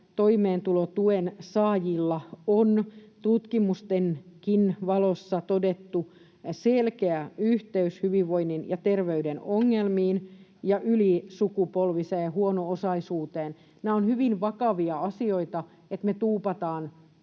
toimeentulotuen saajilla on tutkimustenkin valossa todettu selkeä yhteys hyvinvoinnin ja terveyden ongelmiin ja ylisukupolviseen huono-osaisuuteen. Nämä ovat hyvin vakavia asioita, että me tuupataan